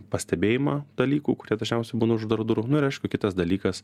pastebėjimą dalykų kurie dažniausiai būna už uždarų durų nu ir aišku kitas dalykas